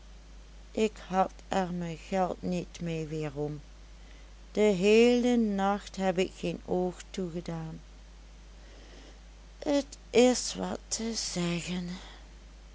ik had er me geld niet mee weerom den heelen nacht heb ik geen oog toegedaan et is wat te zeggen